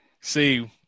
See